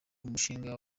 umushinga